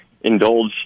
indulge